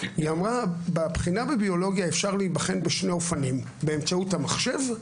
היא אמרה: בבחינה בביולוגיה אפשר להיבחן בשני אופנים באמצעות המחשב,